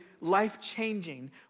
life-changing